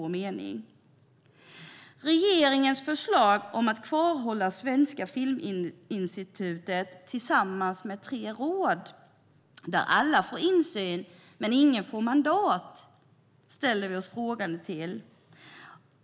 Regeringens förslag om att behålla Svenska Filminstitutet tillsammans med tre råd där alla får insyn men ingen får mandat ställer vi oss frågande till.